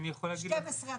12 התחנות?